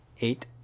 eight